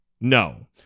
No